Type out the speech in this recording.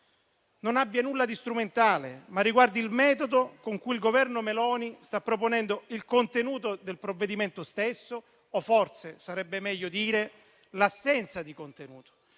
non abbia nulla di strumentale, ma riguardi il metodo con cui il Governo Meloni sta proponendo il contenuto del provvedimento stesso o forse - sarebbe meglio dire - l'assenza di contenuto,